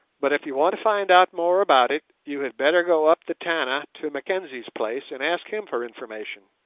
but if you want to find out more about it, you had better go up the tana to mackenzie's place and ask him for information